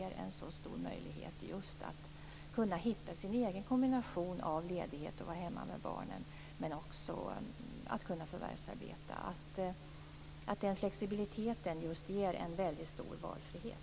Den ger stor möjlighet för föräldrarna att just kunna hitta sin egen kombination av ledighet, för att vara hemma med barnen, och förvärvsarbete. Den flexibiliteten ger en väldigt stor valfrihet.